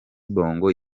bongo